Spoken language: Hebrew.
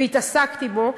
והתעסקתי בו,